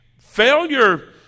failure